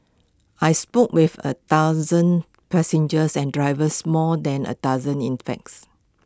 I spoke with A dozen passengers and drivers more than A dozen in facts